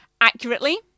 accurately